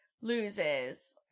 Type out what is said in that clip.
loses